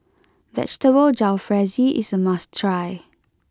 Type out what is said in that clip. Vegetable Jalfrezi is a must try